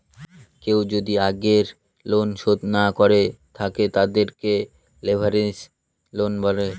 কেউ যদি আগের লোন শোধ না করে থাকে, তাদেরকে লেভেরাজ লোন বলে